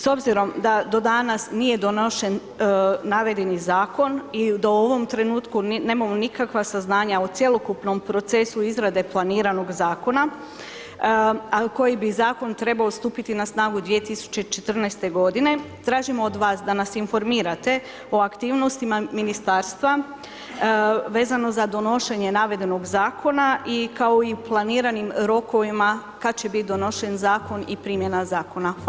S obzirom da do danas nije donošen navedeni zakon i da u ovom trenutku nemamo nikakva saznanja o cjelokupnom procesu izrade planiranog zakona, a koji bi zakon trebao stupiti na snagu 2014. g., tražimo od vas da nas informirate o aktivnostima ministarstva vezano za donošenje navedenog zakona i kao u planiranim rokovima kad će bit donošen zakon i primjena zakona,